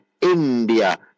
India